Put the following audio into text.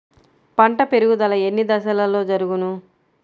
పంట పెరుగుదల ఎన్ని దశలలో జరుగును?